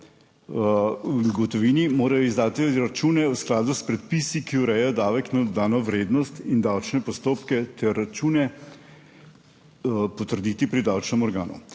v gotovini, morajo izdati račune v skladu s predpisi, ki urejajo davek na dodano vrednost in davčne postopke, ter račune potrditi pri davčnem organu.